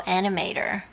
animator